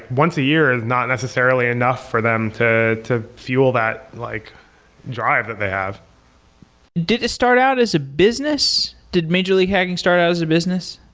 once a year is not necessarily enough for them to to fuel that like drive that they have did start out as a business? did major league hacking start out as a business?